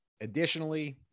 Additionally